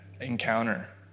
encounter